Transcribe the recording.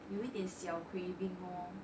有一点小 craving lor